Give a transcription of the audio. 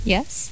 Yes